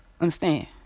Understand